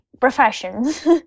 professions